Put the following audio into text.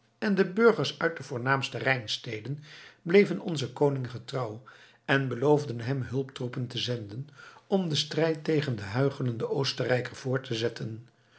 en de burgers uit de voornaamste rijnsteden bleven onzen koning getrouw en beloofden hem hulptroepen te zenden om den strijd tegen den huichelenden oostenrijker voort te zetten